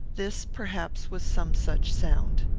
this, perhaps, was some such sound.